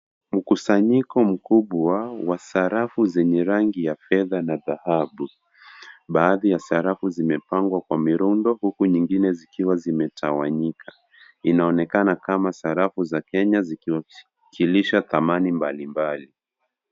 Mkusanyiko mkubwa wa sarafu zenye rangi ya fedha na dhahabu. Baadhi ya sarafu zimepangwa kwa mirundo, huku nyingine zikiwa zimetawanyika. Inaonekana kama sarafu za Kenya zikiwakilisha thamani mbalimbali.